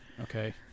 Okay